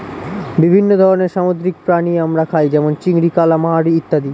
বিভিন্ন ধরনের সামুদ্রিক প্রাণী আমরা খাই যেমন চিংড়ি, কালামারী ইত্যাদি